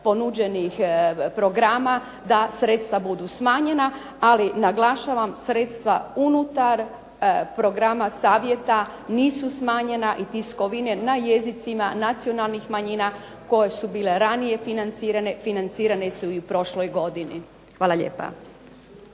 ponuđenih programa da sredstva budu smanjena. Ali naglašavam sredstva unutar programa savjeta nisu smanjena i tiskovine na jezicima nacionalnih manjina koje su bile ranije financirane, financirane su i u prošloj godini. Hvala lijepa.